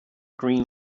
green